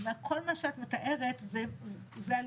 כל מה שאת מתארת זה לפני,